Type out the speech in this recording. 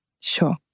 Sure